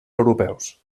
europeus